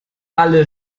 alle